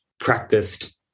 practiced